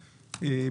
ואגב,